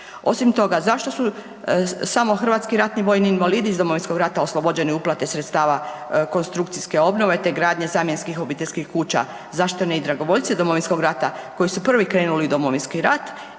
Osim toga, zašto su samo hrvatski ratni vojni invalidi iz Domovinskog rata oslobođeni uplate sredstava konstrukcijske obnove, te gradnje zamjenskih obiteljskih kuća, zašto ne i dragovoljci Domovinskog rata koji su prvi krenuli u Domovinski rat,